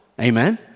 Amen